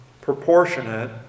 proportionate